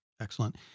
excellent